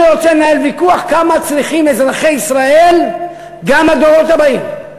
אני רוצה לנהל ויכוח כמה צריכים אזרחי ישראל גם לדורות הבאים.